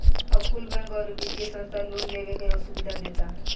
अब कुल बैंक, अउरी वित्तिय संस्था लोन लेवे के सुविधा देता